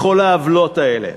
לכל העוולות האלה.